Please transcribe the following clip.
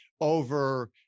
over